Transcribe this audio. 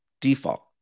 Default